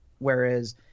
Whereas